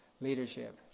leadership